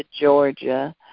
Georgia